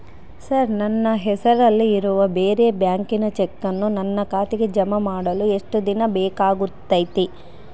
Sir ನನ್ನ ಹೆಸರಲ್ಲಿ ಇರುವ ಬೇರೆ ಬ್ಯಾಂಕಿನ ಚೆಕ್ಕನ್ನು ನನ್ನ ಖಾತೆಗೆ ಜಮಾ ಮಾಡಲು ಎಷ್ಟು ದಿನ ಬೇಕಾಗುತೈತಿ?